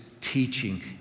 teaching